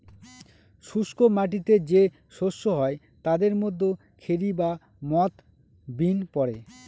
শুস্ক মাটিতে যে শস্য হয় তাদের মধ্যে খেরি বা মথ, বিন পড়ে